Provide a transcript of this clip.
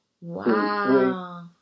Wow